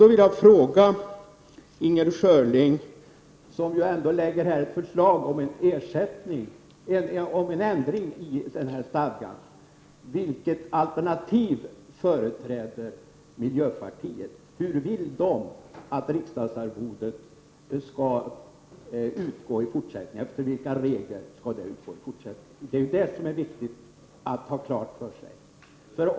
Jag vill då fråga Inger Schörling, som lägger fram ett förslag om en ändring i stadgan: Vilket alternativ företräder miljöpartiet? Efter vilka regler vill miljöpartiet att riksdagsledamöternas arvode skall utgå i fortsättningen? Det är det som är viktigt att ha klart för sig.